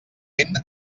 ben